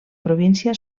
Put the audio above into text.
província